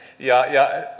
ja